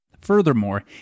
Furthermore